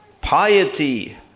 piety